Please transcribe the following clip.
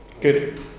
Good